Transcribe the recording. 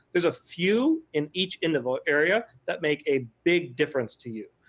there is a few in each interval area that make a big difference to you.